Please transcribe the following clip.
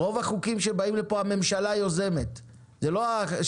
את רוב החוקים שבאים לפה יוזמת הממשלה, לא אנחנו.